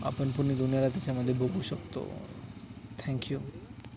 आपण पूर्ण दुनियाला त्याच्यामध्ये बघू शकतो थँक्यू